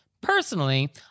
Personally